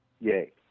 Yay